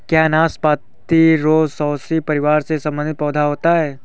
क्या नाशपाती रोसैसी परिवार से संबंधित पौधा होता है?